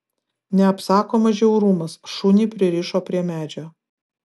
neapsakomas žiaurumas šunį pririšo prie medžio